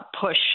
push